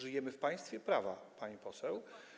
Żyjemy w państwie prawa, pani poseł.